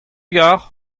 gar